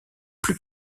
plus